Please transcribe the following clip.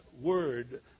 word